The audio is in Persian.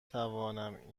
توانم